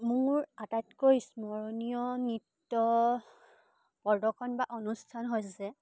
মোৰ আটাইতকৈ স্মৰণীয় নৃত্য প্ৰদৰ্শন বা অনুষ্ঠান হৈছে